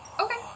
Okay